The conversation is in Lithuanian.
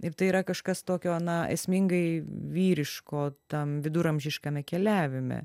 ir tai yra kažkas tokio na esmingai vyriško tam viduramžiškame keliavime